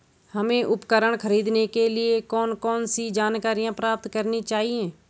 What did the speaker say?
हमें उपकरण खरीदने के लिए कौन कौन सी जानकारियां प्राप्त करनी होगी?